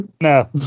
No